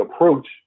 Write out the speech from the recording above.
approach